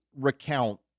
recount